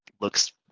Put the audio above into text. looks